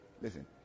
listen